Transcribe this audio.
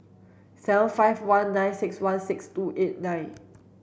seven five one nine six one six two eight nine